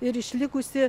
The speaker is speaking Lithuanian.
ir išlikusi